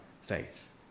faith